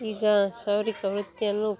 ಈಗ ಕ್ಷೌರಿಕ ವೃತ್ತಿಯನ್ನು